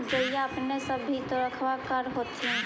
गईया अपने सब भी तो रखबा कर होत्थिन?